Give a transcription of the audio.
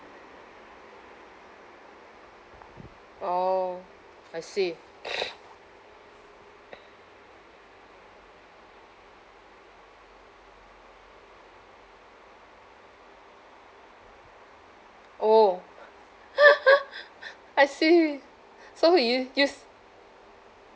orh I see orh I see so you just use